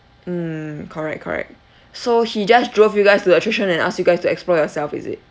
mm correct correct so he just drove you guys to the attraction and ask you guys to explore yourself is it